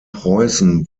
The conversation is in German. preußen